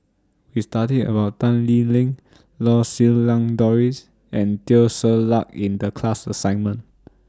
We studied about Tan Lee Leng Lau Siew Lang Doris and Teo Ser Luck in The class assignment